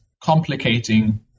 complicating